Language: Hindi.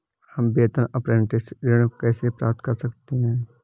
हम वेतन अपरेंटिस ऋण कैसे प्राप्त कर सकते हैं?